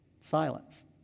Silence